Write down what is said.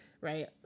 right